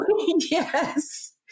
yes